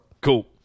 Cool